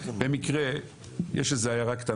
במקרה יש איזה עיירה קטנה,